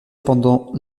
pendant